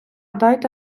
дайте